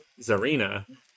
Zarina